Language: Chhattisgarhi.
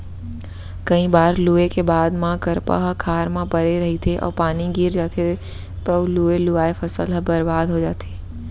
कइ बार लूए के बाद म करपा ह खार म परे रहिथे अउ पानी गिर जाथे तव लुवे लुवाए फसल ह बरबाद हो जाथे